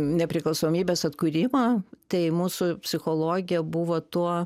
nepriklausomybės atkūrimo tai mūsų psichologija buvo tuo